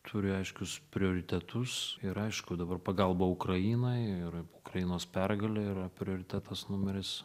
turi aiškius prioritetus ir aišku dabar pagalba ukrainai ir ukrainos pergalė yra prioritetas numeris